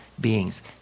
beings